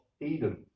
Eden